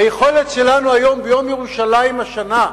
היכולת שלנו היום, ביום ירושלים השנה,